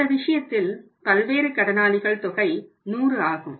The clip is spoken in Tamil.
இந்த விஷயத்தில் பல்வேறு கடனாளிகள் தொகை 100 ஆகும்